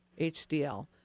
HDL